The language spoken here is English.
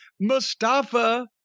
Mustafa